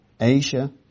Asia